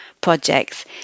projects